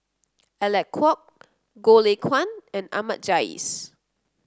Alec Kuok Goh Lay Kuan and Ahmad Jais